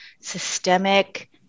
systemic